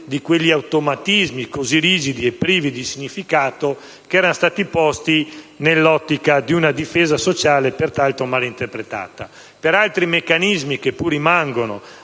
di quegli automatismi così rigidi e privi di significato che erano stati posti nell'ottica di una difesa sociale, peraltro male interpretata. Per altri meccanismi, che pur rimangono,